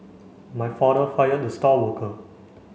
my father fired the star worker